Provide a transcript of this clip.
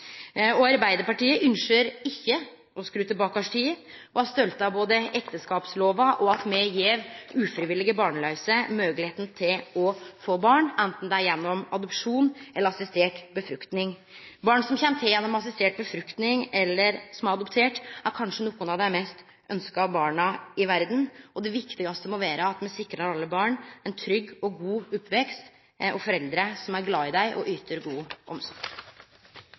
Arbeidarpartiet ynskjer ikkje å skru tilbake tida. Me er stolte av både ekteskapslova og av at me gjev ufrivillig barnlause moglegheita til å få barn, anten det er gjennom adopsjon eller assistert befruktning. Barn som kjem til gjennom assistert befruktning, eller som er adopterte, er kanskje nokre av dei mest ynskte barna i verda. Det viktigaste må vere at me sikrar alle barn ein god og trygg oppvekst og foreldre som er glad i dei og yter god omsorg.